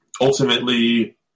ultimately